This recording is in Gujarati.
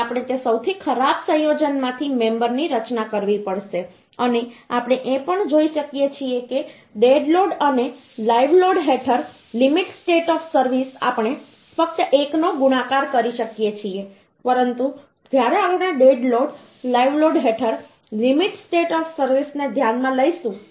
અને આપણે તે સૌથી ખરાબ સંયોજનમાંથી મેમબરની રચના કરવી પડશે અને આપણે એ પણ જોઈ શકીએ છીએ કે ડેડ લોડ અને લાઈવ લોડ હેઠળ લિમિટ સ્ટેટે ઓફ સર્વિસ આપણે ફક્ત 1 નો ગુણાકાર કરી શકીએ છીએ પરંતુ જ્યારે આપણે ડેડ લોડ લાઈવ લોડ હેઠળ લિમિટ સ્ટેટે ઓફ સર્વિસને ધ્યાનમાં લઈશું